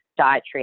dietary